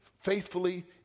faithfully